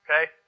Okay